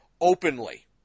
openly